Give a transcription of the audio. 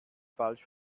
falsch